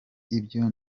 ibyo